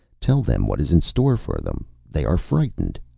tell them what is in store for them. they are frightened.